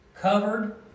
covered